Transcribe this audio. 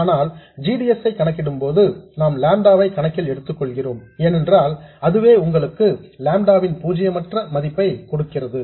ஆனால் g d s ஐ கணக்கிடும்போது நாம் லாம்டா வை கணக்கில் எடுத்துக்கொள்கிறோம் ஏனென்றால் அதுவே உங்களுக்கு லாம்டா வின் பூஜ்ஜியமற்ற மதிப்பை கொடுக்கிறது